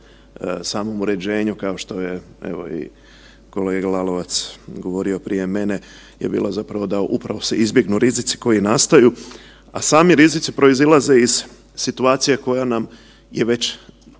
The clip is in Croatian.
samom uređenju, kao što je, evo i kolega Lalovac odgovorio prije mene je bila zapravo da upravo se izbjegnu rizici koji nastaju, a sami rizici proizilaze iz situacije koja nam je već